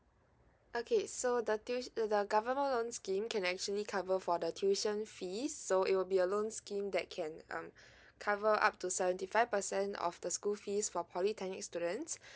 okay so the tuit~ the the government loan scheme can actually cover for the tuition fees so it will be a loan scheme that can um cover up to seventy five percent of the school fees for polytechnic students